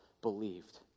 believed